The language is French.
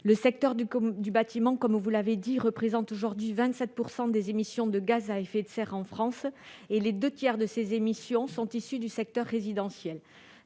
le secteur du bâtiment représente aujourd'hui 27 % des émissions de gaz à effet de serre en France. Les deux tiers de ces émissions sont issus du secteur résidentiel.